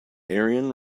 ariane